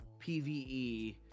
PVE